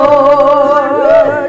Lord